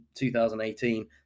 2018